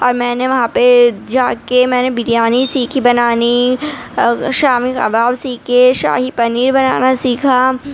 اور میں نے وہاں پہ جا کے میں نے بریانی سیکھی بنانی شامی کباب سیکھے شاہی پنیر بنانا سیکھا